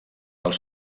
els